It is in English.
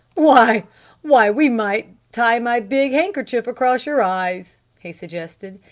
why why we might tie my big handkerchief across your eyes, he suggested.